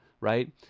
right